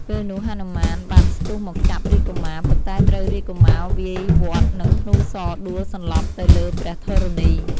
ពេលនោះហនុមានបានស្ទុះមកចាប់រាជកុមារ ប៉ុន្តែត្រូវរាជកុមារវាយវាត់នឹងធ្នូសរដួលសន្លប់ទៅលើព្រះធរណី។